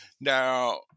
now